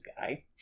guy